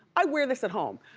i wear this at home.